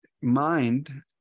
mind